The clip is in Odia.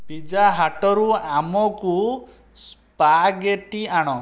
ପିଜା ହାଟରୁ ଆମକୁ ସ୍ପାଗେଟି ଆଣ